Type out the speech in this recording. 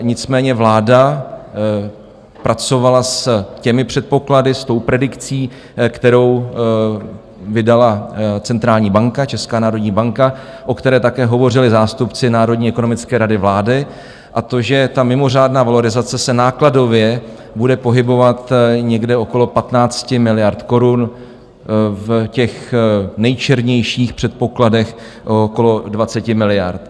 Nicméně vláda pracovala s těmi předpoklady, s tou predikcí, kterou vydala centrální banka Česká národní banka, o které také hovořili zástupci Národní ekonomické rady vlády, a to že ta mimořádná valorizace se nákladově bude pohybovat někde okolo 15 miliard korun, v těch nejčernějších předpokladech okolo 20 miliard.